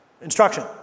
instruction